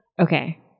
Okay